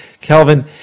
Kelvin